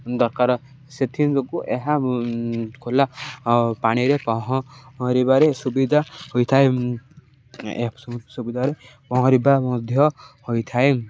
ଦରକାର ସେଥି ଏହା ଖୋଲା ପାଣିରେ ପହଁଁରିବାରେ ସୁବିଧା ହୋଇଥାଏ ଏହା ସୁବିଧାରେ ପହଁରିବା ମଧ୍ୟ ହୋଇଥାଏ